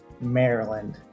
Maryland